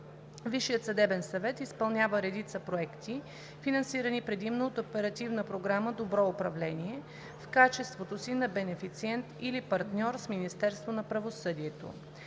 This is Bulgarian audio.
Висшият съдебен съвет изпълнява редица проекти, финансирани предимно от Оперативна програма „Добро управление“, в качеството си на бенефициент или партньор с Министерството на правосъдието.